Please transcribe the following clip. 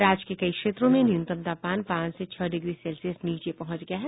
राज्य के कई क्षेत्रों में न्यूनतम तापमान पांच से छह डिग्री सेल्सियस नीचे पहुंच गया है